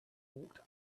walked